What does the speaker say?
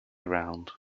around